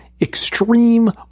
extreme